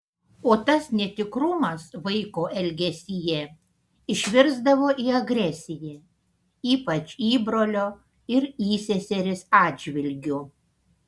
o tas netikrumas vaiko elgesyje išvirsdavo į agresiją ypač įbrolio ir įseserės atžvilgiu